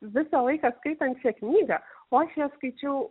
visą laiką skaitant šią knygą o aš ją skaičiau